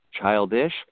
childish